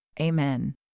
Amen